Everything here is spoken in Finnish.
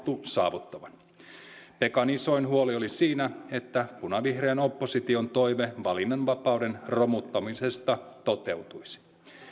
saavutettavan pekan isoin huoli oli siinä että punavihreän opposition toive valinnanvapauden romuttamisesta toteutuisi